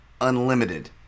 unlimited